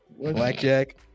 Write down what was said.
Blackjack